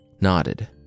nodded